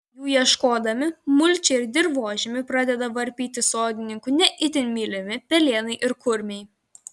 jų ieškodami mulčią ir dirvožemį pradeda varpyti sodininkų ne itin mylimi pelėnai ir kurmiai